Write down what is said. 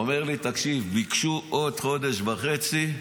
הוא אומר לי: תקשיב, ביקשו עוד חודש וחצי,